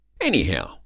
Anyhow